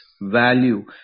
value